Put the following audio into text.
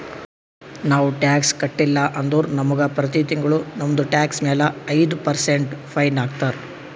ನಾವು ಟ್ಯಾಕ್ಸ್ ಕಟ್ಟಿಲ್ಲ ಅಂದುರ್ ನಮುಗ ಪ್ರತಿ ತಿಂಗುಳ ನಮ್ದು ಟ್ಯಾಕ್ಸ್ ಮ್ಯಾಲ ಐಯ್ದ ಪರ್ಸೆಂಟ್ ಫೈನ್ ಹಾಕ್ತಾರ್